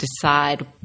decide